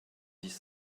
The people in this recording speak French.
dix